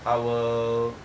I will